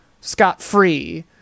scot-free